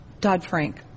Dodd-Frank